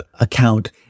account